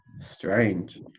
strange